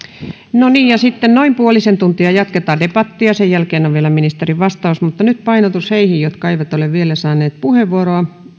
no niin ja sitten noin puolisen tuntia jatketaan debattia sen jälkeen on vielä ministerin vastaus mutta nyt painotus heihin jotka eivät ole vielä saaneet puheenvuoroa